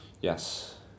Yes